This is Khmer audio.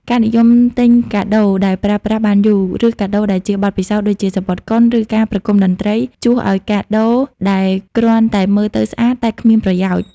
ការនិយមទិញកាដូដែលប្រើប្រាស់បានយូរ ឬកាដូដែលជាបទពិសោធន៍ ដូចជាសំបុត្រកុន ឬ ការប្រគំតន្ត្រី ជួសឱ្យកាដូដែលគ្រាន់តែមើលទៅស្អាតតែគ្មានប្រយោជន៍។